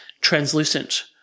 translucent